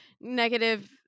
negative